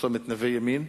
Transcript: בצומת נווה-ימין,